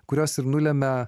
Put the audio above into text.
kurios ir nulemia